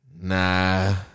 Nah